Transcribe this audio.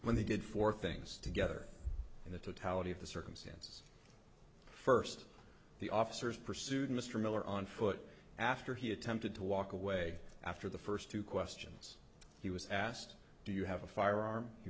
when they did four things together in the totality of the circumstances first the officers pursued mr miller on foot after he attempted to walk away after the first two questions he was asked do you have a firearm he